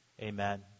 Amen